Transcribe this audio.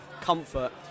comfort